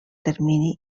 termini